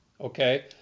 Okay